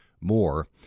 more